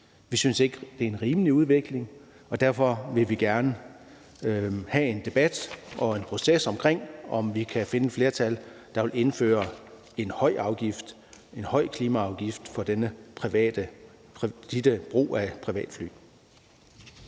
Vi synes ikke, det er en rimelig udvikling, og derfor vil vi gerne have en debat og en proces om, om vi kan finde et flertal, der vil indføre en høj klimaafgift for denne brug af privatfly.